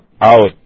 out